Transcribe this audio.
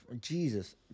Jesus